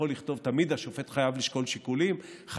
תמיד השופט חייב לשקול שיקולים,